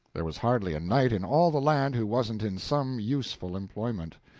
there was hardly a knight in all the land who wasn't in some useful employment.